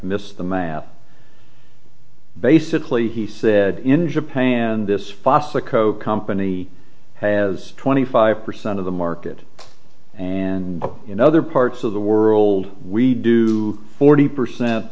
missed the math basically he said in japan this fossil coke company has twenty five percent of the market and in other parts of the world we do forty percent